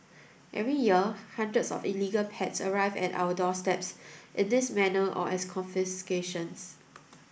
every year hundreds of illegal pets arrive at our doorsteps in this manner or as confiscations